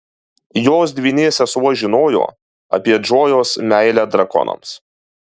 jos dvynė sesuo žinojo apie džojos meilę drakonams